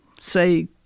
say